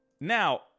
Now